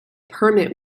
permit